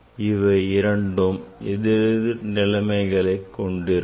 இவை இரண்டும் எதிரெதிர் நிலைமைகளை கொண்டிருக்கும்